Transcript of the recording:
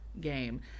game